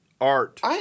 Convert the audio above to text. art